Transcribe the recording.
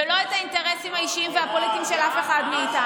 ולא את האינטרסים האישיים והפוליטיים של אף אחד מאיתנו.